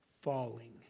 falling